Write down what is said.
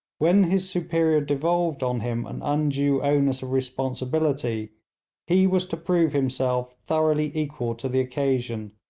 when his superior devolved on him an undue onus of responsibility he was to prove himself thoroughly equal to the occasion,